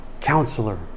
Counselor